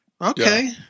Okay